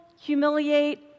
humiliate